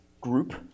group